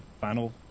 final